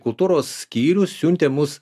kultūros skyrius siuntė mus